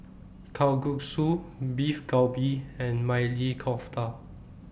Kalguksu Beef Galbi and Maili Kofta